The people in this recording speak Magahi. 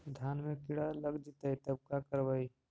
धान मे किड़ा लग जितै तब का करबइ?